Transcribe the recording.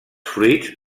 fruits